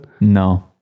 No